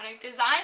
design